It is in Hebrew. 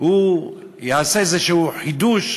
הוא יעשה איזה חידוש,